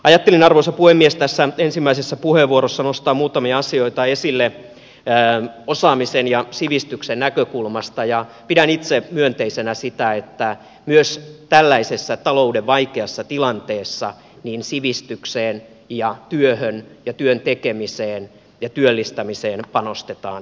ajattelin arvoisa puhemies tässä ensimmäisessä puheenvuorossani nostaa muutamia asioita esille osaamisen ja sivistyksen näkökulmasta ja pidän itse myönteisenä sitä että myös tällaisessa talouden vaikeassa tilanteessa niin sivistykseen kuin työhön ja työn tekemiseen ja työllistämiseen panostetaan lisää